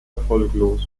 erfolglos